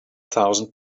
thousand